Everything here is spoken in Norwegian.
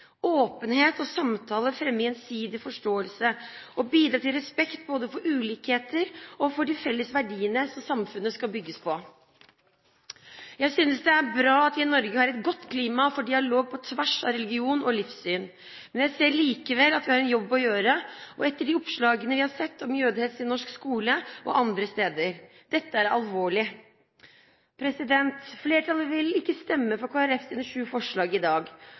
Åpenhet og samtale fremmer gjensidig forståelse og bidrar til respekt for både ulikheter og de felles verdiene som samfunnet skal bygges på. Jeg synes det er bra at vi i Norge har et godt klima for dialog på tvers av religion og livssyn. Men jeg ser likevel at vi har en jobb å gjøre etter de oppslagene vi har sett om jødehets i norsk skole og andre steder. Dette er alvorlig. Flertallet vil ikke stemme for Kristelig Folkepartis sju forslag i dag.